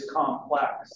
complex